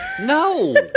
No